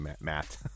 Matt